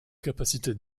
capacités